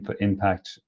impact